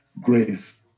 grace